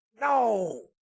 No